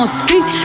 speak